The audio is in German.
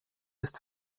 ist